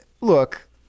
look